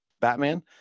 batman